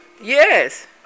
yes